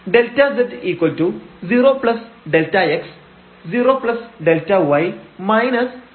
Δz 0Δx0Δy f 00 എന്ന് ലഭിക്കും